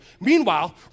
Meanwhile